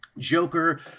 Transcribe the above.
joker